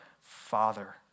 Father